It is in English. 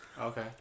Okay